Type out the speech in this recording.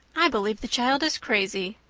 i believe the child is crazy.